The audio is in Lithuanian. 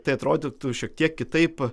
tai atrodytų šiek tiek kitaip